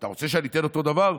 אתה רוצה שאני אתן אותו דבר,